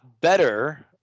better